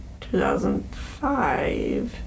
2005